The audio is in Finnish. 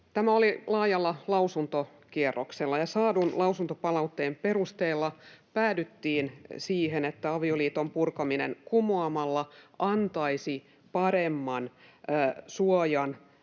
Tämä oli laajalla lausuntokierroksella, ja saadun lausuntopalautteen perusteella päädyttiin siihen, että avioliiton purkaminen kumoamalla antaisi paremman suojan